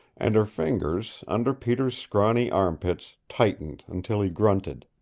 and her fingers, under peter's scrawny armpits, tightened until he grunted.